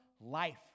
life